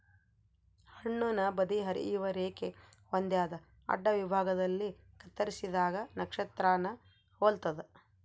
ಹಣ್ಣುನ ಬದಿ ಹರಿಯುವ ರೇಖೆ ಹೊಂದ್ಯಾದ ಅಡ್ಡವಿಭಾಗದಲ್ಲಿ ಕತ್ತರಿಸಿದಾಗ ನಕ್ಷತ್ರಾನ ಹೊಲ್ತದ